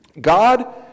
God